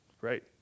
right